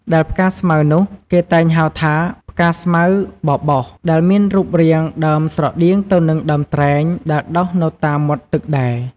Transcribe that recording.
ដែលផ្កាស្មៅនោះគេតែងហៅថា ផ្កាស្មៅបបោស ដែលមានរូបរាងដើមស្រដៀងទៅនឹងដើមត្រែងដែលដុះនៅតាមមាត់ទឹកដែរ។